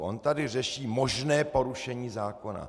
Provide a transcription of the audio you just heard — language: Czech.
On tady řeší možné porušení zákona.